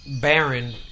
Baron